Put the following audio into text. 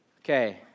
Okay